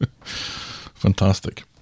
Fantastic